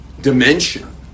dimension